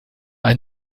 ein